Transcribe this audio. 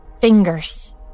fingers